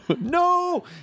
No